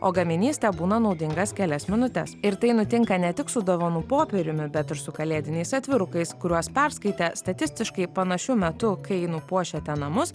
o gaminys tebūna naudingas kelias minutes ir tai nutinka ne tik su dovanų popieriumi bet ir su kalėdiniais atvirukais kuriuos perskaitę statistiškai panašiu metu kai nupuošiate namus